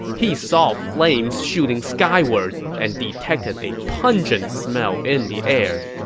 he saw flames shooting skyward and detected a pungent smell in the air.